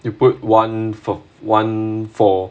you put one four one four